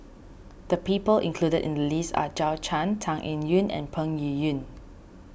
the people included in the list are Zhou Can Tan Eng Yoon and Peng Yuyun